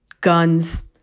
guns